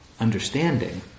understanding